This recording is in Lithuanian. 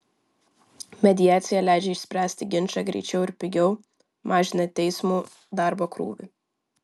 mediacija leidžia išspręsti ginčą greičiau ir pigiau mažina teismų darbo krūvį